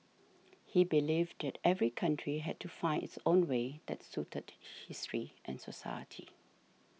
he believed that every country had to find its own way that suited history and society